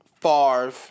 Favre